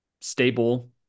stable